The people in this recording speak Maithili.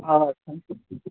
अच्छा